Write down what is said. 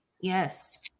yes